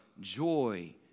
joy